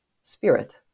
spirit